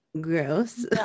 gross